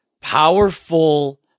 powerful